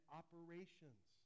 operations